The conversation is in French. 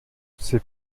c’est